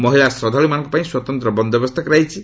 ମହିଳା ଶ୍ରଦ୍ଧାଳମାନଙ୍କ ପାଇଁ ସ୍ୱତନ୍ତ୍ର ବନ୍ଦୋବସ୍ତ କରାଯାଇଛି